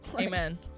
Amen